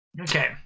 Okay